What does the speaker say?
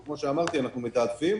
כמו שאמרתי, אנחנו מתעדפים.